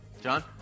John